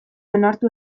onartu